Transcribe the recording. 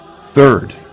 Third